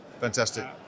Fantastic